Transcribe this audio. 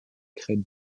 crête